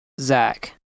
Zach